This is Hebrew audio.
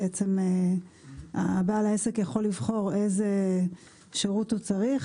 ובעצם בעל העסק יכול לבחור איזה שירות הוא צריך,